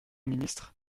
ministre